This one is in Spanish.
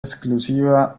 exclusiva